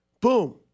Boom